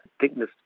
thickness